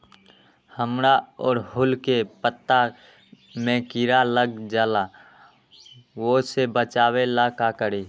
हमरा ओरहुल के पत्ता में किरा लग जाला वो से बचाबे ला का करी?